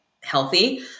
healthy